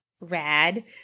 rad